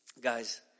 Guys